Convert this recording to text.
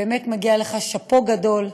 ובאמת מגיע לך שאפו גדול: